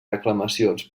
reclamacions